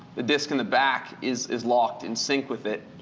the disc in the back is is locked in sync with it,